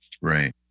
right